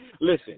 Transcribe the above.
Listen